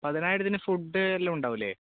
പതിനായിരത്തിന് food എല്ലാം ഉണ്ടാവില്ലേ